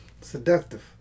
Seductive